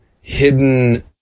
hidden